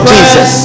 Jesus